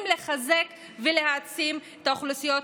לחזק ולהעצים את האוכלוסיות המוחלשות.